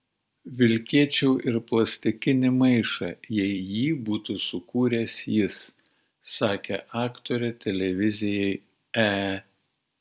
vilkėčiau ir plastikinį maišą jei jį būtų sukūręs jis sakė aktorė televizijai e